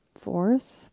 fourth